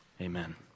amen